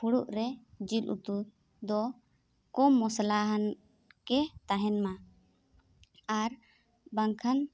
ᱯᱷᱩᱲᱩᱜ ᱨᱮ ᱡᱤᱞ ᱩᱛᱩ ᱫᱚ ᱠᱚᱢ ᱢᱚᱥᱞᱟ ᱟᱱᱜᱮ ᱛᱟᱦᱮᱱᱢᱟ ᱟᱨ ᱵᱟᱝᱠᱷᱟᱱ